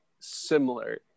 similar